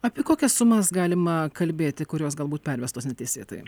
apie kokias sumas galima kalbėti kurios galbūt pervestos neteisėtai